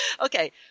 Okay